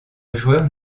joueur